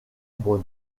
bowl